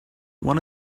one